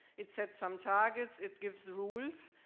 it set some targets, it gives rules.